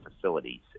facilities